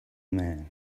man